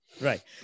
Right